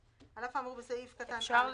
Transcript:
--- "(ג3)על אף האמור בסעיף קטן (א),